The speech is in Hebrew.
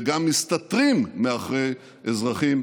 וגם מסתתרים מאחורי אזרחים,